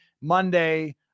Monday